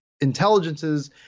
intelligence's